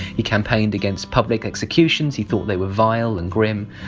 he campaigned against public executions he thought they were vile and grim.